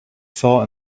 saw